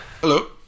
Hello